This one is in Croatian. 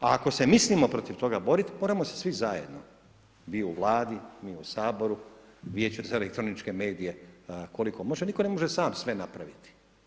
A ako se mislimo protiv toga borit, moramo se svi zajedno, vi u Vladi, mi u Saboru, Vijeće za elektroničke medije koliko može, nitko ne može sam sve napraviti.